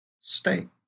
state